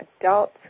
adults